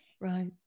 Right